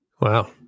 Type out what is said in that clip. Wow